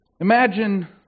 Imagine